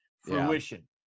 fruition